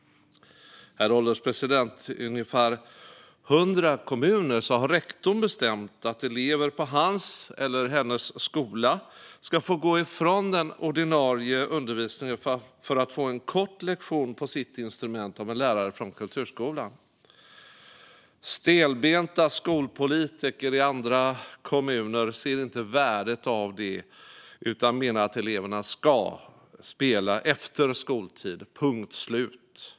Herr ålderspresident! I ungefär hundra kommuner har rektorn bestämt att elever på hans eller hennes skola ska få gå ifrån den ordinarie undervisningen för att få en kort lektion på sitt instrument av en lärare från kulturskolan. Stelbenta skolpolitiker i andra kommuner ser inte värdet av detta utan menar att eleverna ska spela efter skoltid, punkt slut.